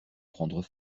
prendre